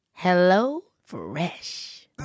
HelloFresh